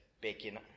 bacon